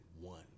one